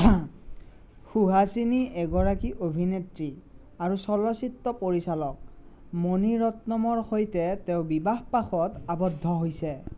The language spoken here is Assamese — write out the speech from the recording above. সুহাচিনী এগৰাকী অভিনেত্ৰী আৰু চলচ্চিত্ৰ পৰিচালক মণি ৰত্নমৰ সৈতে তেওঁ বিবাহপাশত আবদ্ধ হৈছে